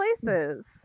places